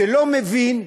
שלא מבין,